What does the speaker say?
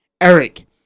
Eric